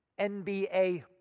NBA